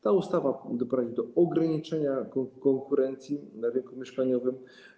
Ta ustawa doprowadzi do ograniczenia konkurencji na rynku mieszkaniowym.